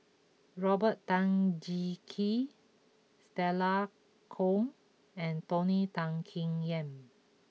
Robert Tan Jee Keng Stella Kon and Tony Tan Keng Yam